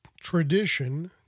tradition